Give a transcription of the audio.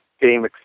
game